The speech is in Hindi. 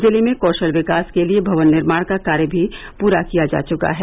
जिले में कौशल विकास के लिये भवन निर्माण का कार्य भी पूरा किया जा चुका है